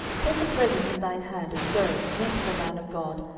take a present in thine hand, and go, meet the man of god,